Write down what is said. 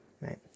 right